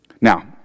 Now